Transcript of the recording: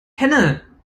kenne